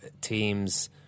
teams